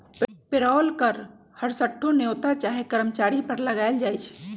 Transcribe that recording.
payroll कर हरसठ्ठो नियोक्ता चाहे कर्मचारी पर लगायल जाइ छइ